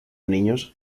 niños